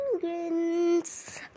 penguins